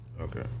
Okay